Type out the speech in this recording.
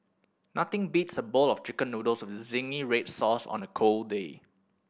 nothing beats a bowl of Chicken Noodles with zingy red sauce on a cold day